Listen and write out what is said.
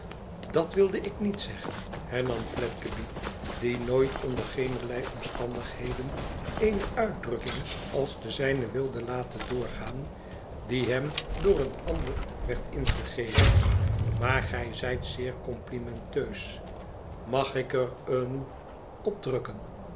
dat wilde ik niet zeggen hernam fiedgeby die nooit onder geenerlei omstandigheden eene uitdrukking als de zijne wilde laten doorgaan die hem door een ander werd ingegeven imaar gij zijt zeer complimenteus mag ik er een